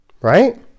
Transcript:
Right